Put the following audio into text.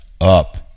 up